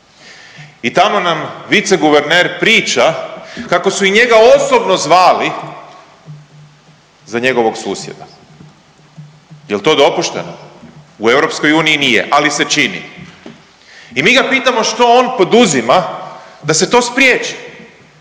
i tamo nam viceguverner priča kako su i njega osobno zvali za njegovog susjeda. Jel to dopušteno? U EU nije ali se čini. I mi ga pitamo što on poduzima da se to spriječi,